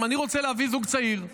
אם אני רוצה להביא זוג צעיר,